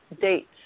dates